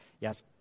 yes